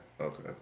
Okay